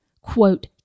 quote